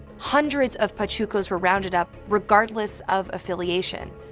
hundreds of pachucos were rounded up, regardless of affiliation.